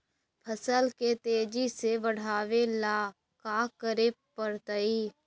फसल के तेजी से बढ़ावेला का करे पड़तई?